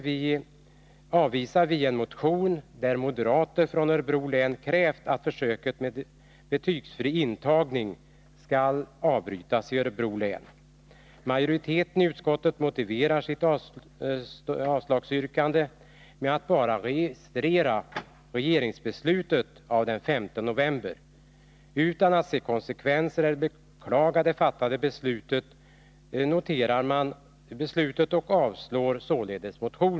Formellt avvisar vi en motion där moderater från Örebro län krävt att försöket med betygsfri intagning i Örebro län skall avbrytas. Majoriteten i utskottet motiverar sitt avslagsyrkande med att bara registrera regeringsbeslutet av den 5 november, utan att se konsekvenserna av eller beklaga det fattade beslutet.